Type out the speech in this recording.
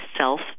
self